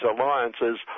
alliances